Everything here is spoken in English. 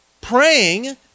praying